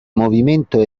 movimento